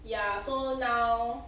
ya so now